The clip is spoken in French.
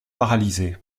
paralysé